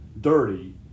dirty